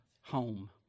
home